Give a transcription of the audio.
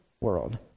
world